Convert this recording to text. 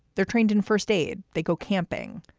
they're trained in first aid. they go camping,